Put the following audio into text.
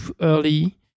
early